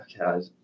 okay